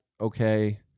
okay